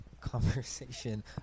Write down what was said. conversation